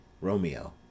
Romeo